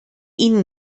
ihnen